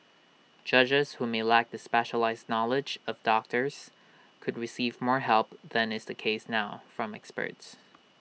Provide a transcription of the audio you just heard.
judges who may lack the specialised knowledge of doctors could receive more help than is the case now from experts